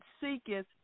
seeketh